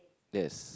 yes